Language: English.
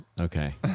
Okay